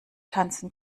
tanzen